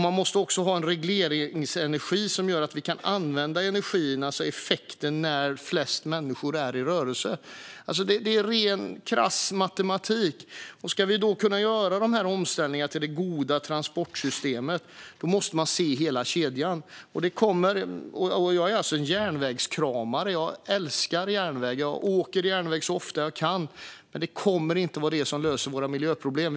Man måste också ha en regleringsenergi som gör att vi kan använda energierna, alltså effekten, när flest människor är i rörelse. Det är ren, krass matematik, och ska vi kunna göra de här omställningarna till det goda transportsystemet måste man se hela kedjan. Jag är alltså järnvägskramare - jag älskar järnväg, och jag åker järnväg så ofta jag kan - men det kommer inte att vara den som löser våra miljöproblem.